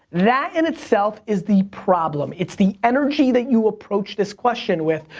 that, in itself, is the problem. it's the energy that you approach this question with.